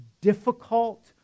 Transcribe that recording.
difficult